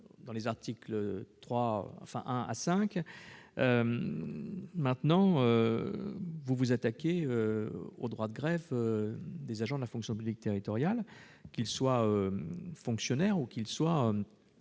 aux articles 1 à 5, voici que vous vous attaquez au droit de grève des agents de la fonction publique territoriale, qu'ils soient fonctionnaires ou contractuels.